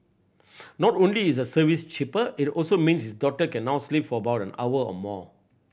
not only is the service cheaper it also means his daughter can now sleep for about an hour more